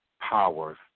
powers